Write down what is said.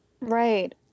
Right